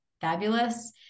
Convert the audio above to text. fabulous